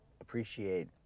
appreciate